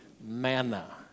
manna